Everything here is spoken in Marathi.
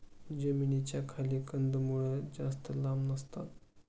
जमिनीच्या खाली कंदमुळं जास्त लांब नसतात